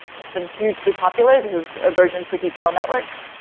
it's been hugely popular. this is a version for deep neural networks.